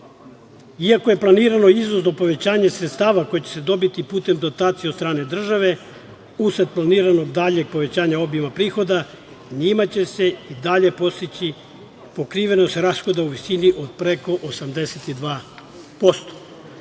je planirano povećanje sredstava koje će se dobiti putem dotacija od strane države, usled planiranog daljeg povećanja obima prihoda, njima će se dalje postići pokrivenost rashoda u visini od preko 82%